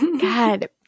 God